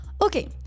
Okay